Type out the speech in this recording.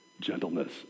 gentleness